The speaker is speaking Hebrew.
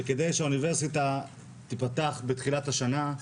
שכדי שהאוניברסיטה תיפתח בתחילת השנה,